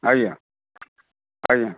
ଆଜ୍ଞା ଆଜ୍ଞା